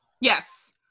Yes